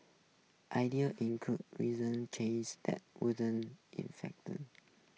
ideas included reason changes that wouldn't infect